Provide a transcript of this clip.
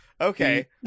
Okay